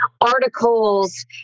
articles